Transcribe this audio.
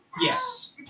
Yes